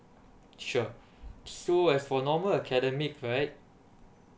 sure so as for normal academic right